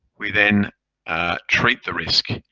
we then treat the risk.